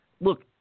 look